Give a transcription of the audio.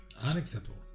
Unacceptable